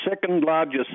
second-largest